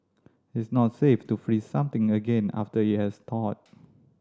is not safe to freeze something again after it has thawed